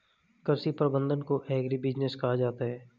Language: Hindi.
कृषि प्रबंधन को एग्रीबिजनेस कहा जाता है